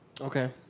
Okay